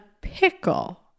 pickle